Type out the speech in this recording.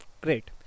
great